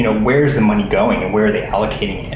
ah where is the money going and where are they allocating it.